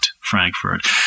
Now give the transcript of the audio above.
Frankfurt